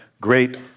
great